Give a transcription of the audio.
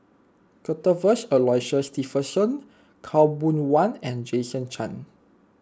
Cuthbert Aloysius Shepherdson Khaw Boon Wan and Jason Chan